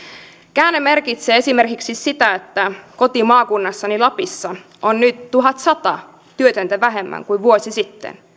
käänne merkitsee esimerkiksi sitä että kotimaakunnassani lapissa on nyt tuhatsata työtöntä vähemmän kuin vuosi sitten